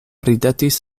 ridetis